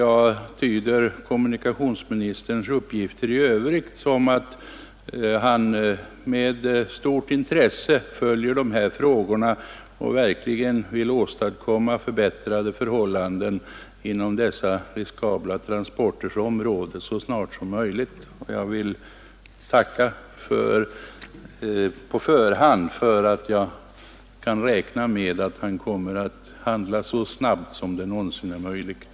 Jag tyder också kommunikationsministerns uppgifter i övrigt så, att han med stort intresse följer dessa frågor och verkligen så snart som möjligt vill åstadkomma förbättrade förhållanden inom detta område av riskabla transporter. Jag tackar på förhand för att jag kan räkna med att kommunikationsministern kommer att handla så snabbt som det någonsin är möjligt.